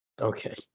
Okay